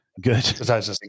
Good